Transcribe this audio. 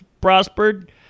prospered